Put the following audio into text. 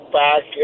back